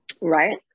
Right